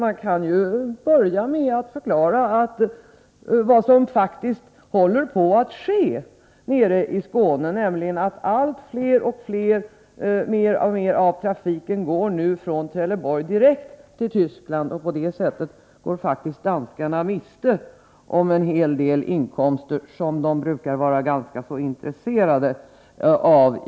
Man kan ju börja med att förklara vad som faktiskt håller på att ske i Skåne, nämligen att en allt större andel av trafiken går från Trelleborg direkt till Tyskland. På det sättet går danskarna faktiskt miste om en hel del inkomster som de i allmänhet brukar vara ganska intresserade av.